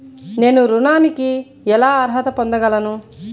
నేను ఋణానికి ఎలా అర్హత పొందగలను?